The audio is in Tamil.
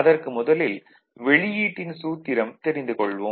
அதற்கு முதலில் வெளியீட்டின் சூத்திரம் தெரிந்து கொள்வோம்